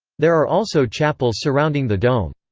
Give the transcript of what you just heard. there are also chapels surrounding the dome.